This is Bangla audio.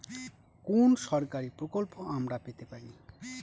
কোন সরকারি প্রকল্প আমরা পেতে পারি কি?